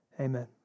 Amen